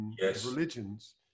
religions